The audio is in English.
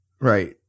right